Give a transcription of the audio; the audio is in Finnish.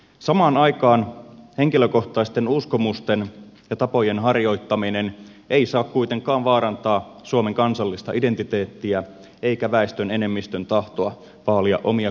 samaan aikaan henkilökohtaisten uskomusten ja tapojen harjoittaminen ei saa kuitenkaan vaarantaa suomen kansallista identiteettiä eikä väestön enemmistön tahtoa vaalia omia kulttuurisia juuriaan